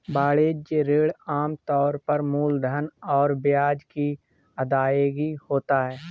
वाणिज्यिक ऋण आम तौर पर मूलधन और ब्याज की अदायगी होता है